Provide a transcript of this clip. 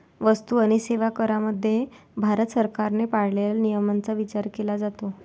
वस्तू आणि सेवा करामध्ये भारत सरकारने पाळलेल्या नियमांचा विचार केला जातो